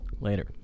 later